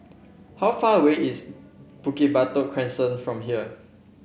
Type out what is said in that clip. how far away is Bukit Batok Crescent from here